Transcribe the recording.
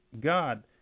God